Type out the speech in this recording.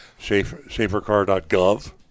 safercar.gov